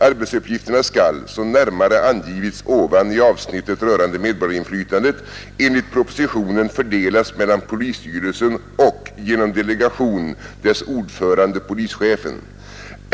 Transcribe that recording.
Arbetsuppgifterna skall, som närmare angivits ovan i avsnittet rörande medborgarinflytandet, enligt propositionen fördelas mellan polisstyrelsen och — genom delegation — dess ordförande, polischefen.